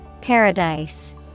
Paradise